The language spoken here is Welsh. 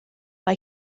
mae